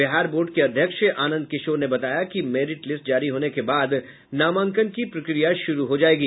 Bihar board के अध्यक्ष आनंद किशोर ने बताया कि मेरिट लिस्ट जारी होने के बाद नामांकन प्रक्रिया शुरू होगी